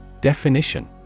Definition